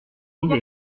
bonne